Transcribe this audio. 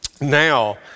Now